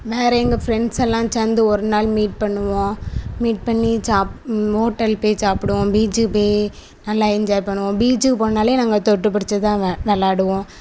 வேறு எங்கள் ஃப்ரெண்ட்ஸ்ஸெல்லாம் சேர்ந்து ஒரு நாள் மீட் பண்ணுவோம் மீட் பண்ணி சாப் ஹோட்டல் போய் சாப்பிடுவோம் பீச்சுக்கு போய் நல்லா என்ஜாய் பண்ணுவோம் பீச்சுக்கு போகணுன்னாலே நாங்கள் தொட்டு பிடிச்சி தான் வெ விள்ளாடுவோம்